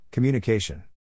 Communication